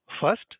First